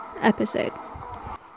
episode